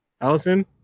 Allison